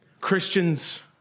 Christians